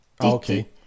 Okay